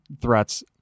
threats